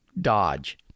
Dodge